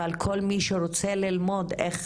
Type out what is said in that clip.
אבל כל מי שרוצה ללמוד איך